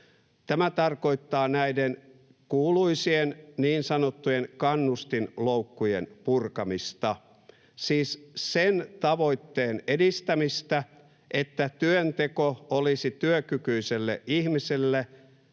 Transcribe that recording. Tämä tarkoittaa näiden kuuluisien niin sanottujen kannustinloukkujen purkamista, siis sen tavoitteen edistämistä, että työnteko olisi työkykyiselle ihmiselle